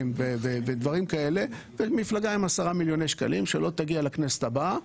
ודברים כאלה ומפלגה עם 10 מיליון שקלים שלא תגיע לכנסת הבאה,